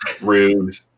rude